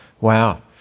Wow